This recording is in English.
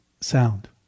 sound